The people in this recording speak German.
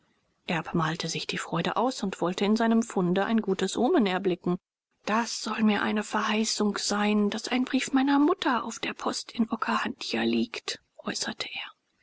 erb malte sich die freude aus und wollte in seinem funde ein gutes omen erblicken das soll mir eine verheißung sein daß ein brief meiner mutter auf der post in okahandja liegt äußerte er